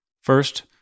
First